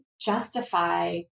justify